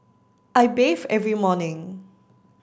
I bathe every morning